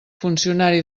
funcionari